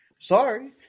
Sorry